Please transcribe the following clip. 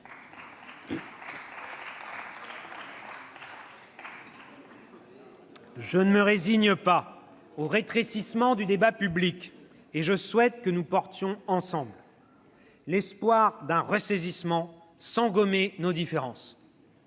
Je ne me résigne pas au rétrécissement du débat public, et je souhaite que nous portions ensemble l'espoir d'un ressaisissement, sans gommer nos différences.